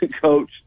coach